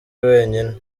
wenyine